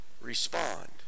respond